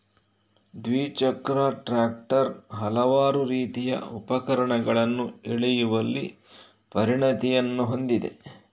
ದ್ವಿಚಕ್ರದ ಟ್ರಾಕ್ಟರ್ ಹಲವಾರು ರೀತಿಯ ಉಪಕರಣಗಳನ್ನು ಎಳೆಯುವಲ್ಲಿ ಪರಿಣತಿಯನ್ನು ಹೊಂದಿದೆ